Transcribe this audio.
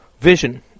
vision